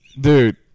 dude